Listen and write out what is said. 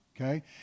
okay